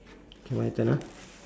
K my turn ah